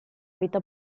vita